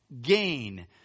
gain